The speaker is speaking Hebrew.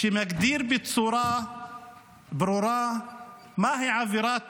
שמגדיר בצורה ברורה מהי עבירת טרור.